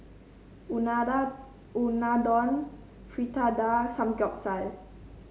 Unadon Fritada Samgyeopsal